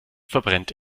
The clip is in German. verbrennt